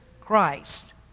Christ